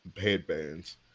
headbands